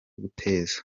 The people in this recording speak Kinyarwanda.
guteza